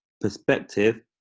perspective